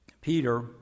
Peter